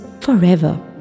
forever